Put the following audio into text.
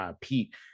Pete